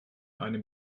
eine